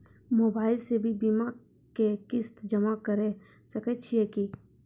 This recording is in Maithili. मोबाइल से भी बीमा के किस्त जमा करै सकैय छियै कि?